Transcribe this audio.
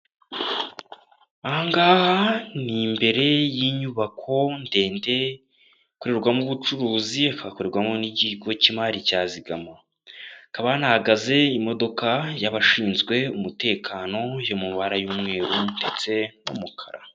Aha ngaha ni imbere y'inyubako ndende, ikorerwamo ubucuruzi, hakaba hakorwamo n'ikigo cy'imari cya Zigama. Kaba hanahagaze imodoka y'abashinzwe umutekano, yo mu mabara y'umweru, ndetse n'umukara.